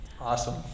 Awesome